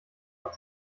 hat